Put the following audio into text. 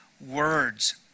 words